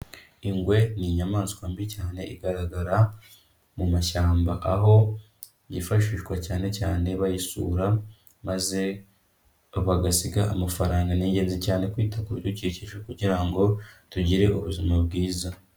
Ingwe ni inyamaswa mbi cyane, igaragara mu mashyamba, aho yifashishwa cyane cyane bayisura, maze bagasiga amafaranga. Ni ingenzi cyane kwita ku bidukikije kugira ngo tugire ubuzima bwiza.